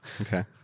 okay